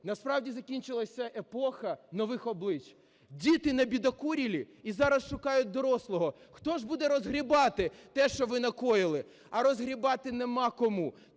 Насправді закінчилась епоха нових облич. Діти набедокурили і зараз шукають дорослого, хто ж буде розгрібати те, що ви накоїли. А розгрібати немає кому,